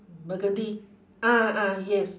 burgundy ah ah yes